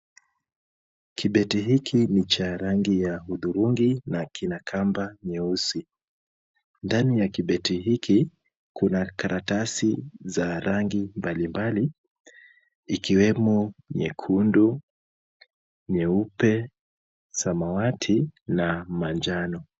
Kibeti hiki ni cha rangi ya hudhurungi na kina kamba nyeusi. Ndani ya kibeti hiki kuna karatasi za rangi mbalimbali ikiwemo nyekundu, nyeupe, samawati na manjano.